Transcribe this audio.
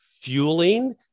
fueling